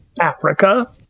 Africa